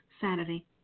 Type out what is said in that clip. Saturday